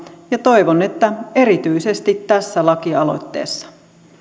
ja toivon että erityisesti tässä lakialoitteessa